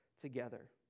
together